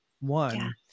one